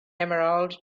emerald